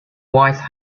wise